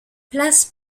place